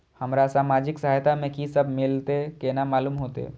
हमरा सामाजिक सहायता में की सब मिलते केना मालूम होते?